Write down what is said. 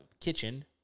kitchen